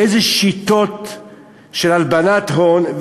באילו שיטות של הלבנת הון,